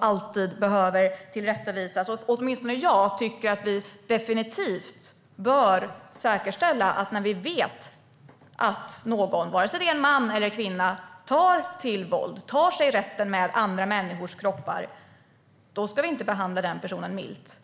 alltid behöver tillrättavisas. Åtminstone jag tycker att vi definitivt bör säkerställa att när vi vet att någon, vare sig det är en man eller kvinna, tar till våld, tar sig rätten till andra människors kroppar så ska vi inte behandla den personen milt.